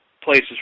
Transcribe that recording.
places